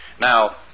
Now